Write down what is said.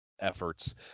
efforts